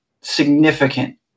significant